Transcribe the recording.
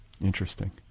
Interesting